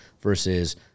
versus